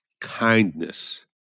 kindness